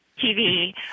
TV